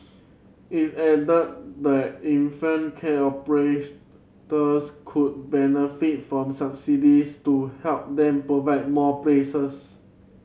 it added that infant care operators could benefit from subsidies to help them provide more places